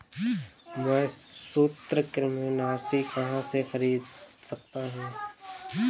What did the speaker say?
मैं सूत्रकृमिनाशी कहाँ से खरीद सकता हूँ?